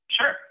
Sure